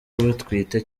batwite